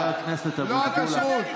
לא הכשרות.